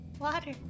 water